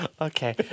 okay